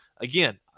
again